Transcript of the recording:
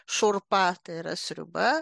šurpa tai yra sriuba